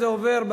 זה עובר,